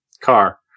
car